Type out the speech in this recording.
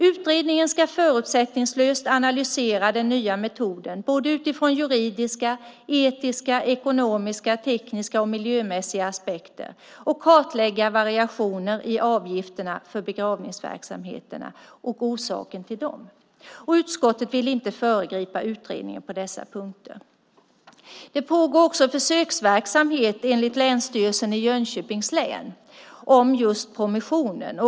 Utredningen ska förutsättningslöst analysera den nya metoden utifrån juridiska, etiska, ekonomiska, tekniska och miljömässiga aspekter och kartlägga variationer i avgiften för begravningsverksamheten och orsakerna till dem. Utskottet vill inte föregripa utredningen på dessa punkter. Det pågår också en försöksverksamhet enligt Länsstyrelsen i Jönköping län om just promessionen.